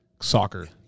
soccer